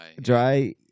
Dry